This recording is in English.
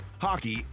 hockey